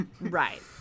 right